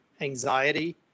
anxiety